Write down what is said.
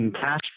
cash